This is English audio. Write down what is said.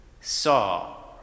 saw